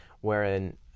wherein